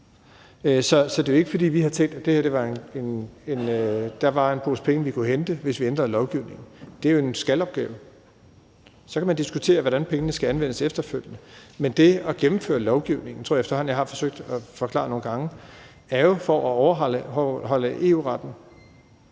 Så det er jo ikke, fordi vi har tænkt, at der her var en pose penge, vi kunne hente, hvis vi ændrede lovgivningen. Det er jo en »skal«-opgave. Så kan man diskutere, hvordan pengene skal anvendes efterfølgende, men det at gennemføre lovgivningen – det tror jeg efterhånden jeg har forsøgt at forklare nogle gange – er jo for at overholde EU-retten.